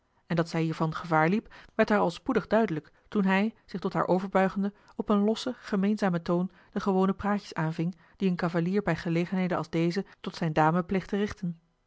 en dat zij hiervan gevaar liep werd haar al spoedig duidelijk toen hij zich tot haar overbuigende op een lossen gemeenzamen toon de gewone praatjes aanving die een cavalier bij gelegenheden als deze tot zijne dame pleegt te richten